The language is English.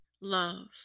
Love